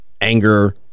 anger